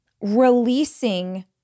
releasing